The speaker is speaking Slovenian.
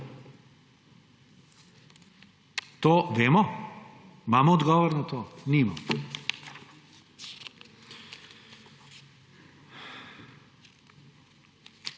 To vemo? Imamo odgovor na to? Nimamo.